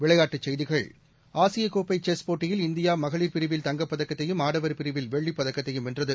விளையாட்டுச் செய்திகள் ஆசிய கோப்பை செஸ் போட்டியில் இந்தியா மகளிர் பிரிவில் தங்கப் பதக்கத்தையும் ஆடவா் பிரிவில் வெள்ளிப் பதக்கத்தையும் வென்றது